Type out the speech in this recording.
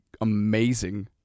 amazing